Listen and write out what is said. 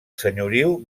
senyoriu